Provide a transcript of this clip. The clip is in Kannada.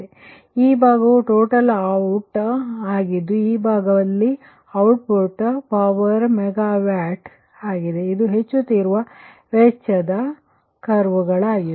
ಆದ್ದರಿಂದ ಈ ಭಾಗವು ಟೋಟಲ್ ಔಟ್ ಆಗಿದೆ ಈ ಭಾಗವು ಔಟ್ಪುಟ್ ಪವರ್ ಮೆಗಾವ್ಯಾಟ್ ಆಗಿದೆ ಮತ್ತು ಇದು ಹೆಚ್ಚುತ್ತಿರುವ ವೆಚ್ಚದ ಕರ್ವ್ಗಳಾಗಿವೆ